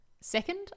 second